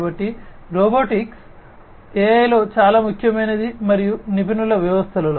కాబట్టి రోబోటిక్స్లో AI లో చాలా ముఖ్యమైనది మరియు నిపుణుల వ్యవస్థలలో